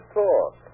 talk